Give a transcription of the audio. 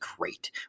great